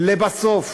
לבסוף,